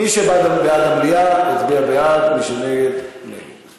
מי שבעד המליאה, יצביע בעד, מי שנגד, נגד.